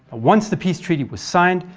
once the peace treaty was signed,